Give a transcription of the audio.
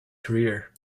career